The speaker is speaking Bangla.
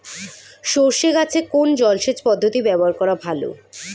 সরষে গাছে কোন জলসেচ পদ্ধতি ব্যবহার করা ভালো?